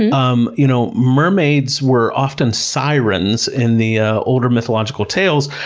and um you know, mermaids were often sirens in the ah older mythological tales,